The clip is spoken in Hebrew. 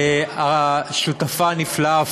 השותפה הנפלאה,